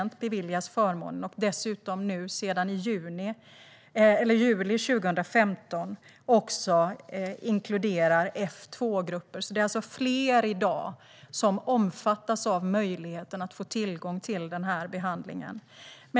Nu beviljas man förmånen permanent, och sedan juli 2015 inkluderas också F2-grupper. Det är alltså fler i dag som omfattas av möjligheten att få tillgång till den här behandlingen.